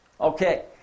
Okay